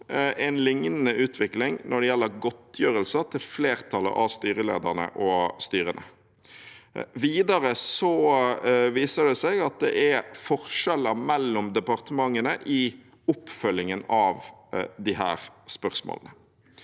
en liknende utvikling når det gjelder godtgjørelser til flertallet av styrelederne og styrene. Videre viser det seg at det er forskjeller mellom departementene i oppfølgingen av disse spørsmålene.